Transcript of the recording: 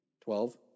Twelve